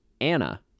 anna